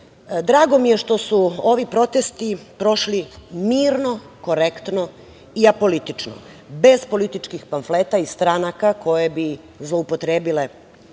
mi je što su ovi protesti prošli mirno, korektno i apolitično, bez političkih pamfleta i stranaka koje bi zloupotrebile